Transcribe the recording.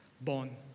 born